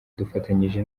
dufatanyije